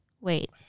wait